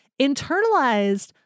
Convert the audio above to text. internalized